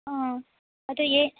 ಹಾಂ ಮತ್ತೆ ಏ